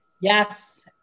Yes